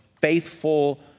faithful